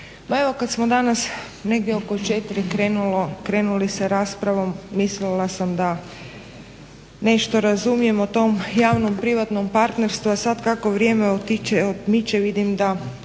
kad smo danas negdje oko 4 krenuli sa raspravom mislila sam da nešto razumijem o tom javnom privatnom partnerstvu, a sad kako vrijeme odmiče vidim da